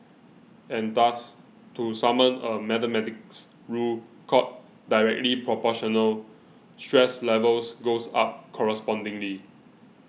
and thus to summon a mathematics rule called Directly Proportional stress levels goes up correspondingly